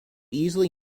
easily